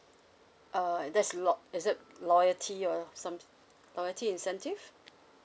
uh that's a lo~ is it loyalty or some loyalty incentive